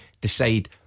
decide